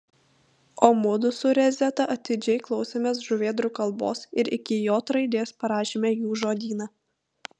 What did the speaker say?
o mudu su rezeta atidžiai klausėmės žuvėdrų kalbos ir iki j raidės parašėme jų žodyną